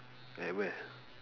at where